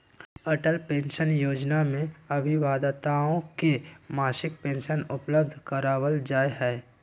Atal pension योजना में अभिदाताओं के मासिक पेंशन उपलब्ध करावल जाहई